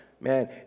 Man